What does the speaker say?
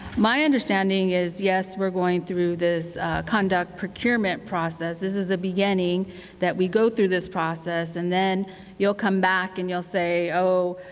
my understanding is yes, we are going through this conduct procurement process. this is the beginning that we go through this process and then you will come back and you will say oh,